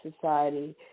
society